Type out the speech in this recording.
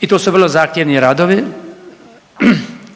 i to su vrlo zahtjevni radovi,